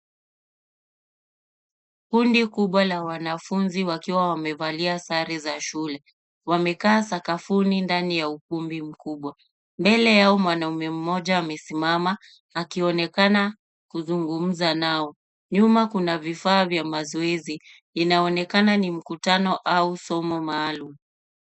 Kundi kubwa la wanafunzi wakiwa wamevalia sare za shule. Wamekaa sakafuni ndani ya ukumbi mkubwa. Mbele yao mwanamume mmoja amesimama akionekana kuzungumza nao. Nyuma kuna vifaa vya mazoezi. Inaonekana ni mkutano au somo maalum.